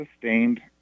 sustained